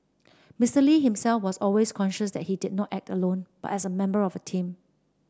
Mister Lee himself was always conscious that he did not act alone but as a member of a team